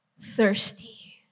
thirsty